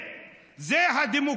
הלאום.